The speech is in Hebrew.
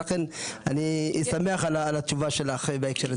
ולכן אני שמח על התשובה שלך בהקשר הזה.